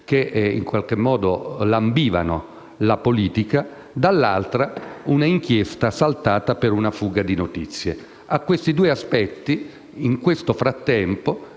che in qualche modo lambivano la politica, dall'altra un'inchiesta saltata per una fuga di notizie. A questi due aspetti, durante